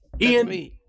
ian